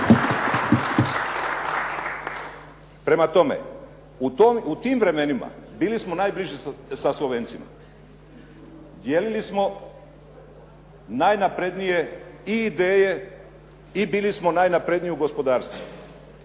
Prema tome, u tim vremenima bili smo najbliži sa Slovencima. Dijelili smo najnaprednija i ideje i bili smo najnapredniji u gospodarstvu.